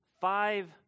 five